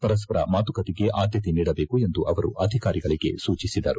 ಪರಸ್ಪರ ಮಾತುಕತೆಗೆ ಆದ್ದತೆ ನೀಡಬೇಕು ಎಂದು ಅವರು ಅಧಿಕಾರಿಗಳಿಗೆ ಸೂಚಿಸಿದರು